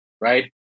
right